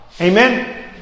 Amen